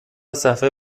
صفحه